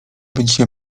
będzie